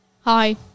Hi